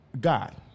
God